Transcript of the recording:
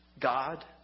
God